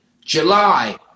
July